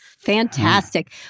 Fantastic